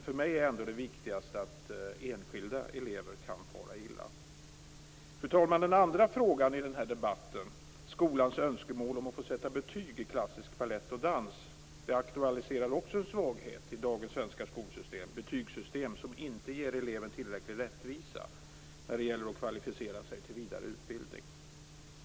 För mig är ändå det viktigaste att enskilda elever kan fara illa. Fru talman! Den andra frågan i den här debatten, dvs. skolans önskemål om att få sätta betyg i klassisk balett och dans, aktualiserar också en svaghet i dagens svenska betygssystem, som inte ger eleven tillräcklig rättvisa när det gäller att kvalificera sig till vidare utbildning.